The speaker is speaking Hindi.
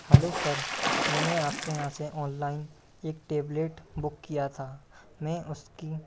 हलो सर मैंने आपके यहाँ से ऑनलाइन एक टेबलेट बुक किया था मैं उसकी